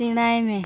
ᱥᱮᱬᱟᱭ ᱢᱮ